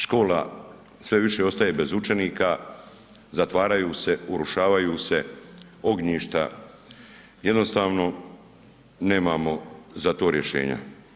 Škola sve više ostaje bez učenika, zatvaraju se, urušavaju se ognjišta, jednostavno nemamo za to rješenja.